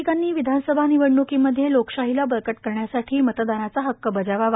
नागरिकांनी विधानसभा निवडणूकीमध्ये लोकशाहीला बळकट करण्यासाठी मतदानाचा हक्क बजावावा